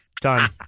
Done